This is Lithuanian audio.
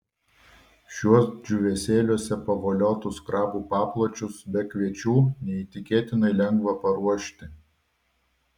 šiuos džiūvėsėliuose pavoliotus krabų papločius be kviečių neįtikėtinai lengva paruošti